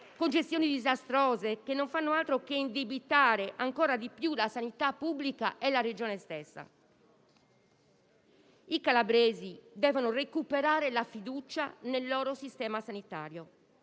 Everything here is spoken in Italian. concessioni disastrose che non fanno altro che indebitare ancora di più la sanità pubblica e la Regione stessa. I calabresi devono recuperare fiducia nel loro sistema sanitario,